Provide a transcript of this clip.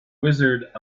wizard